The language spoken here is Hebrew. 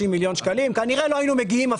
מיליון ₪ כנראה שלא היינו מגיעים,